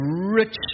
rich